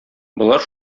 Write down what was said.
болар